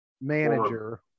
manager